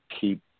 keep